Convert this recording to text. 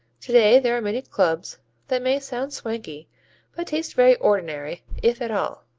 today there are many clubs that may sound swanky but taste very ordinary, if at all.